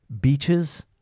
Beaches